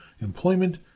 employment